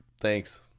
Thanks